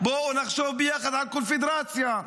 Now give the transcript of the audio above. בוא נחשוב ביחד על קונפדרציה.